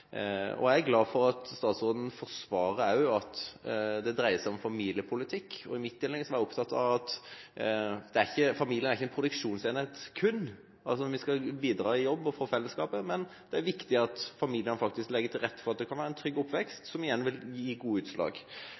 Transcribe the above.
familiepolitikk. I mitt innlegg var jeg opptatt av at familien ikke kun er en produksjonsenhet. Vi skal bidra i jobb og for fellesskapet, men det er viktig at familiene legger til rette for en trygg oppvekst, som igjen vil gi gode utslag.